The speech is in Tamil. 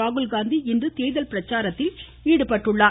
ராகுல்காந்தி இன்று தேர்தல் பிரச்சாரத்தில் ஈடுபட்டுள்ளார்